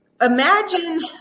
Imagine